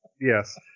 yes